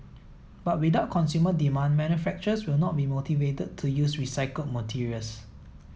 but without consumer demand manufacturers will not be motivated to use recycled materials